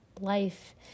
life